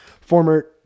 former